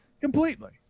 completely